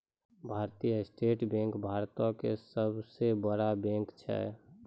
भारतीय state bank भारतो के सभ से बड़ा बैंक छै